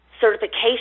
certification